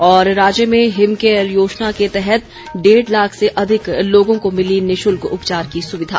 और राज्य में हिम केयर योजना के तहत डेढ़ लाख से अधिक लोगों को मिली निशुल्क उपचार की सुविधा